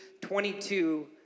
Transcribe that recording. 22